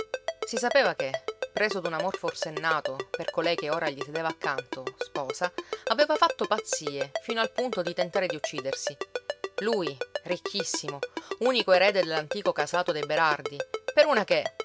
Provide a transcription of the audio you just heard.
si sapeva che preso d'un amor forsennato per colei che ora gli sedeva accanto sposa aveva fatto pazzie fino al punto di tentare di uccidersi lui ricchissimo unico erede dell'antico casato dei berardi per una che